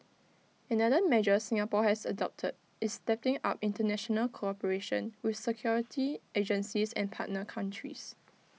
another measure Singapore has adopted is stepping up International cooperation with security agencies and partner countries